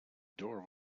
door